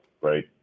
right